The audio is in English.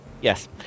Yes